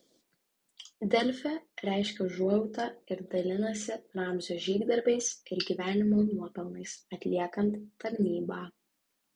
delfi reiškia užuojautą ir dalinasi ramzio žygdarbiais ir gyvenimo nuopelnais atliekant tarnybą